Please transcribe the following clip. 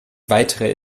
weitere